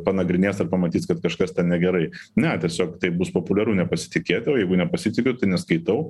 panagrinės ar pamatys kad kažkas ten negerai ne tiesiog taip bus populiaru nepasitikėt o jeigu nepasitikiu tai neskaitau